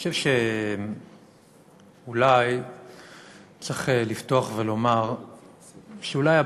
אני חושב שאולי צריך לפתוח ולומר שהבעיה,